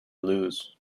lose